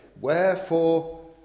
Wherefore